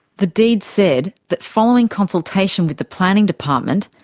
the deed said that, following consultation with the planning department,